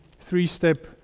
three-step